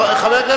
חוק ומשפט,